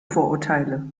vorurteile